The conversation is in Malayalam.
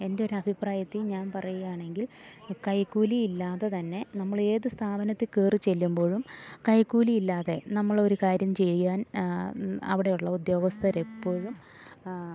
എൻ്റൊരഭിപ്രായത്തിൽ ഞാൻ പറയുകയാണെങ്കിൽ കൈക്കൂലിയില്ലാതെ തന്നെ നമ്മളേത് സ്ഥാപനത്തിൽ കയറി ചെല്ലുമ്പോഴും കൈക്കൂലിയില്ലാതെ നമ്മളൊരു കാര്യം ചെയ്യാൻ അവിടെയുള്ള ഉദ്യോഗസ്ഥരെപ്പോഴും